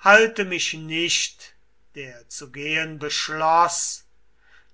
halte mich nicht der zu gehen beschloß